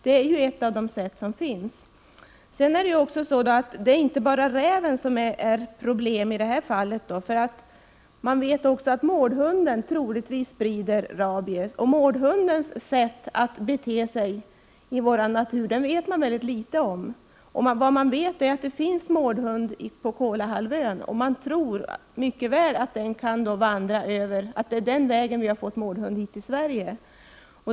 Det är alltså ett av de sätt som finns. Det är inte bara rävarna som utgör ett problem i detta sammanhang. Man vet också att mårdhunden troligtvis sprider rabies. Vi vet oerhört litet om mårdhundens sätt att bete sig i vår natur. Det man vet är att det finns mårdhund på Kolahalvön. Man tror att den kan vandra över till Sverige och att det är den vägen den har kommit till Sverige.